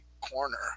corner